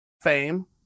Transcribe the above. fame